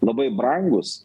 labai brangūs